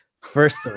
First